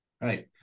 right